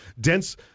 dense